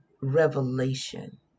revelation